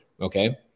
Okay